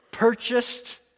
Purchased